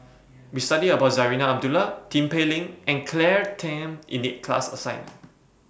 We studied about Zarinah Abdullah Tin Pei Ling and Claire Tham in The class assignment